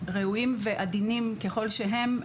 ראויים ועדינים ככל שהם,